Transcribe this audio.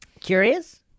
Curious